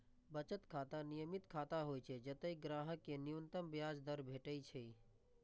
बचत खाता नियमित खाता होइ छै, जतय ग्राहक कें न्यूनतम ब्याज दर भेटै छै